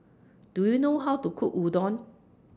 Do YOU know How to Cook Udon